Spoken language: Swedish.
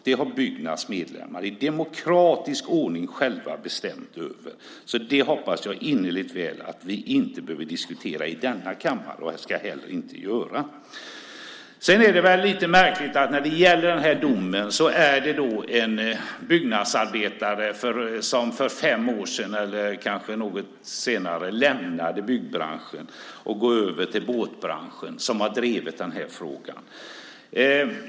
Det har Byggnads medlemmar i demokratisk ordning själva bestämt, så det hoppas jag innerligt att vi inte behöver diskutera i denna kammare, vilket vi heller inte ska göra. Sedan är det väl lite märkligt att när det gäller den här domen är det en byggnadsarbetare som för fem år sedan eller kanske något senare lämnade byggbranschen och gick över till båtbranschen som har drivit den här frågan.